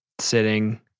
sitting